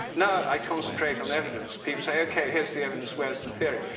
now i concentrate on evidence. people say, okay, here's the evidence. where is the theory?